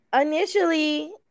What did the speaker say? Initially